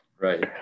Right